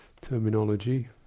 terminology